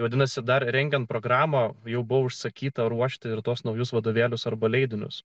vadinasi dar rengiant programą jau buvo užsakyta ruošti ir tuos naujus vadovėlius arba leidinius